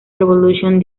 revolution